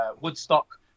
Woodstock